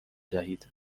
دهید